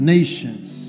Nations